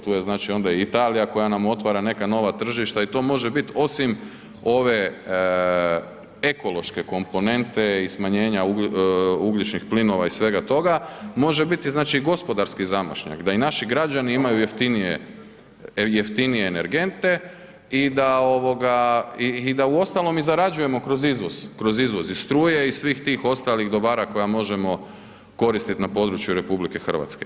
Tu je Italija koja nam otvara neka nova tržišta i to može biti osim ove ekološke komponente i smanjenja ugljičnih plinova i svega toga, može biti gospodarski zamašnjak, da i naši građani imaju jeftinije, jeftinije energente i da ovoga i da uostalom i zarađujemo kroz izvoz, kroz izvoz i struje i svih tih ostalih dobara koja možemo koristit na području RH.